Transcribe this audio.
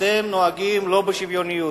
אתם נוהגים לא בשוויוניות.